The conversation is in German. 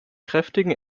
kräftigen